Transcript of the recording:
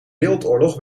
wereldoorlog